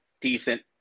decent